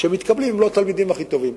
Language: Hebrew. שמתקבלים לא תלמידים הכי טובים.